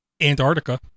Antarctica